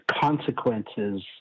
consequences